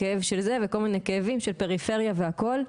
וכל מיני כאבים של פריפריה והכל,